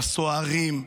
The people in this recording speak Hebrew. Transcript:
לסוהרים,